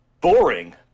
Boring